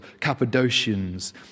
Cappadocians